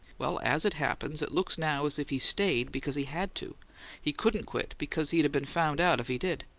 well, as it happens, it looks now as if he stayed because he had to he couldn't quit because he'd a been found out if he did.